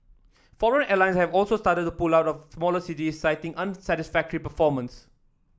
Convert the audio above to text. foreign airlines have also started to pull out of smaller cities citing unsatisfactory performance